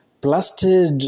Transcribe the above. plastered